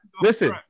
listen